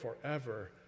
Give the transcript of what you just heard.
forever